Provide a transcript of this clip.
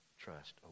trust